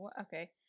Okay